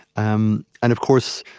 um and of course,